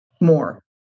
more